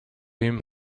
him